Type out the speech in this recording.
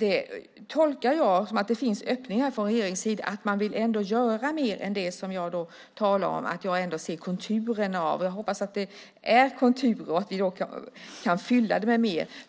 Jag tolkar det som att det finns öppningar från regeringens sida att man ändå vill göra mer än det som jag talade om att jag ändå ser konturerna av. Jag hoppas att det är konturer och att vi kan fylla det med mer.